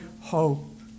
hope